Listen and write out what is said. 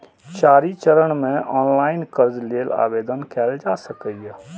चारि चरण मे ऑनलाइन कर्ज लेल आवेदन कैल जा सकैए